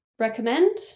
recommend